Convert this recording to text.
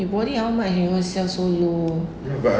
you bought it how much and you want to sell so low